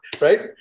right